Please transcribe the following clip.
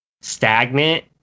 stagnant